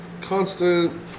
Constant